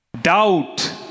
doubt